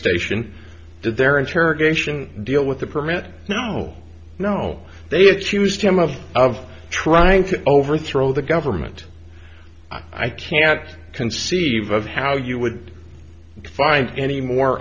station did their interrogation deal with the permit no no they accused him of of trying to overthrow the government i can't conceive of how you would find any more